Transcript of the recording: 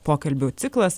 pokalbių ciklas